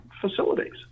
facilities